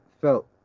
felt